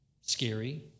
scary